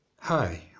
Hi